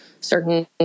certain